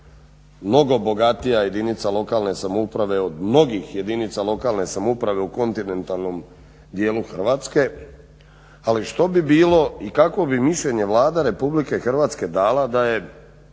mnogo bogatija jedinica lokalne samouprave od mnogih jedinica lokalne samouprave u kontinentalnom dijelu Hrvatske. Ali što bi bilo i kakvo bi mišljenje Vlada Republike Hrvatske dala da je